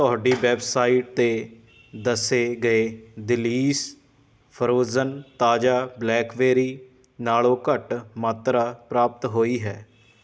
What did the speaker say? ਤੁਹਾਡੀ ਵੈੱਬਸਾਈਟ 'ਤੇ ਦੱਸੇ ਗਏ ਦਿਲੀਸ ਫਰੋਜ਼ਨ ਤਾਜ਼ਾ ਬਲੈਕਵੇਰੀ ਨਾਲੋਂ ਘੱਟ ਮਾਤਰਾ ਪ੍ਰਾਪਤ ਹੋਈ ਹੈ